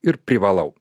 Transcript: ir privalau